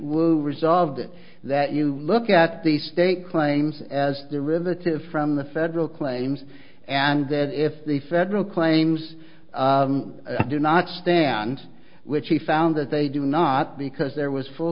will resolve it that you look at the state claims as derivative from the federal claims and then if the federal claims do not stand which he found that they do not because there was full